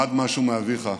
תלמד משהו מאביך.